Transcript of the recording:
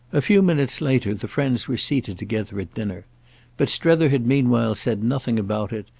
a few minutes later the friends were seated together at dinner but strether had meanwhile said nothing about it,